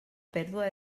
pèrdua